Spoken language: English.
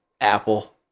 Apple